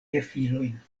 gefilojn